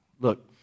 look